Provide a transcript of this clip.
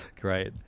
Great